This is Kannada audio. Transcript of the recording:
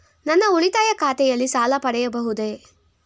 ನನ್ನ ಉಳಿತಾಯ ಖಾತೆಯಲ್ಲಿ ಸಾಲ ಪಡೆಯಬಹುದೇ?